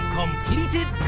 completed